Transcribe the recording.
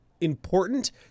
Important